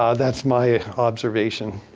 um that's my observation.